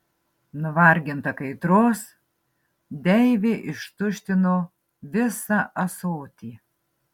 nuvarginta kaitros deivė ištuštino visą ąsotį